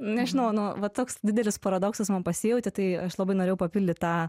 nežinau nu va toks didelis paradoksas man pasijautė tai aš labai norėjau papildyt tą